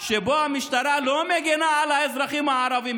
שבו המשטרה לא מגינה על האזרחים הערבים,